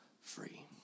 free